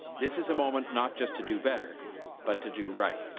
this is a moment not just to do better but to do right.